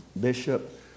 bishop